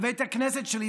בבית הכנסת שלי,